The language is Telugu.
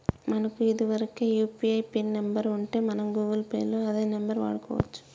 మనకు ఇదివరకే యూ.పీ.ఐ పిన్ నెంబర్ ఉంటే మనం గూగుల్ పే లో అదే నెంబర్ వాడుకోవచ్చు